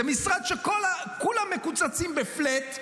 כולם מקוצצים בפלאט,